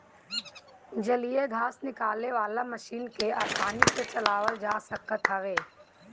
जलीय घास निकाले वाला मशीन के आसानी से चलावल जा सकत हवे